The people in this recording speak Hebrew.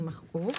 יימחקו,